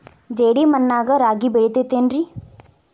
ಜೇಡಿ ಮಣ್ಣಾಗ ರಾಗಿ ಬೆಳಿತೈತೇನ್ರಿ?